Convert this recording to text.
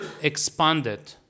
expanded